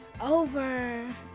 over